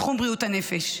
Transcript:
את תחום בריאות הנפש,